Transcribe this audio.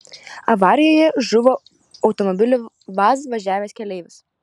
avarijoje žuvo automobiliu vaz važiavęs keleivis